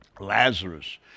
Lazarus